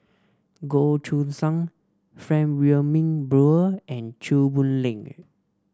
Goh Choo San Frank Wilmin Brewer and Chew Boon Link